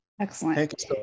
Excellent